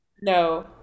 No